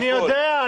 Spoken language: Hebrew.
אני יודע.